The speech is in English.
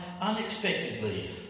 unexpectedly